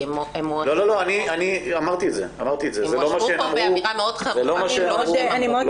כי הן הואשמו פה באמירה מאוד חריפה --- אמרתי את זה.